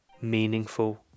meaningful